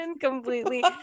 completely